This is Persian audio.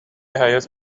حیاط